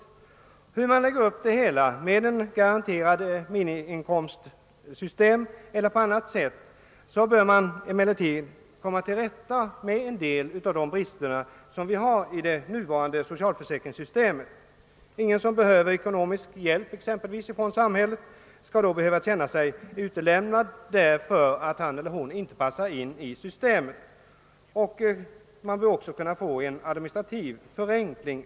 Men hur man än lägger upp systemet för en sådan garanterad minimiinkomst bör vi ändå komma till rätta med en del av de brister som nu finns i vårt socialförsäkringssystem. Ingen som behöver ekonomisk hjälp av samhället skall då behöva känna sig utlämnad därför att han eller hon inte passar in i systemet. Samtidigt bör vi också kunna få en administrativ förenkling.